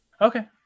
Okay